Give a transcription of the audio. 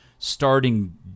starting